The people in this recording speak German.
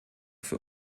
für